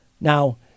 Now